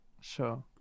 Sure